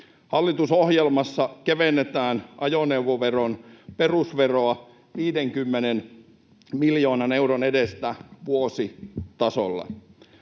Hallitusohjelmassa kevennetään ajoneuvoveron perusveroa 50 miljoonan euron edestä vuositasolla.